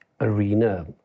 arena